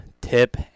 tip